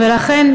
ולכן,